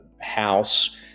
house